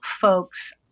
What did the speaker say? folks